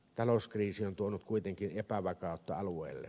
talouskriisi on tuonut kuitenkin epävakautta alueelle